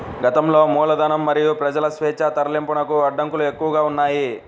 గతంలో మూలధనం మరియు ప్రజల స్వేచ్ఛా తరలింపునకు అడ్డంకులు ఎక్కువగా ఉన్నాయి